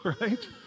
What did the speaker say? right